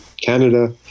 Canada